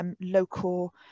local